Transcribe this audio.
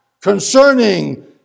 concerning